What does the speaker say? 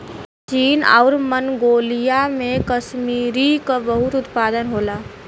चीन आउर मन्गोलिया में कसमीरी क बहुत उत्पादन होला